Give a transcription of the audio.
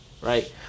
Right